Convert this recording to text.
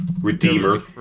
Redeemer